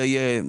זה יהיה,